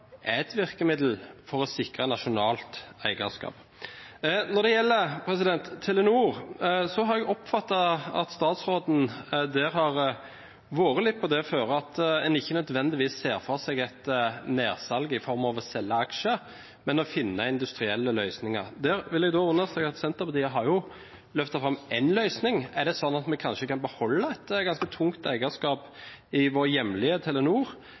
et virkemiddel for å sikre nasjonalt eierskap. Når det gjelder Telenor, har jeg oppfattet at statsråden har vært litt inne på det før, at en ikke nødvendigvis ser for seg et nedsalg i form av å selge aksjer, men å finne industrielle løsninger. Der vil jeg understreke at Senterpartiet har løftet fram én løsning: Er det sånn at vi kanskje kan beholde et ganske tungt eierskap i vårt hjemlige Telenor,